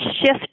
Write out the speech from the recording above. shift